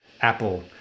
Apple